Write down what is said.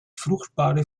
fruchtbare